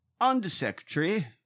Undersecretary